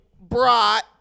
brought